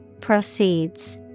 Proceeds